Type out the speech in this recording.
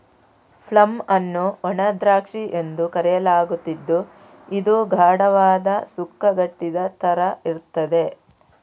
plum ಅನ್ನು ಒಣ ದ್ರಾಕ್ಷಿ ಎಂದು ಕರೆಯಲಾಗುತ್ತಿದ್ದು ಇದು ಗಾಢವಾದ, ಸುಕ್ಕುಗಟ್ಟಿದ ತರ ಇರ್ತದೆ